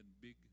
big